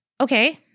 okay